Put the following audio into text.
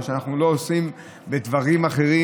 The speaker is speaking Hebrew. מה שאנחנו לא עושים בדברים אחרים,